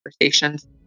conversations